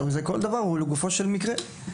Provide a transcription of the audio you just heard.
וכל דבר הוא לגופו של מקרה.